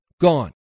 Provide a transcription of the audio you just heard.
gone